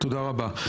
תודה רבה.